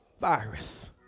virus